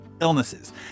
illnesses